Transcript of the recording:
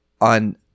on